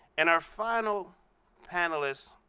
and our final panelist